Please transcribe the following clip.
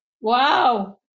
Wow